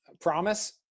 promise